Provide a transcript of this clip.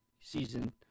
season